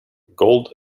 gold